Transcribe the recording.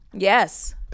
yes